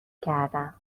کردم